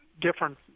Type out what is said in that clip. different